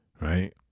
Right